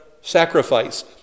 sacrifice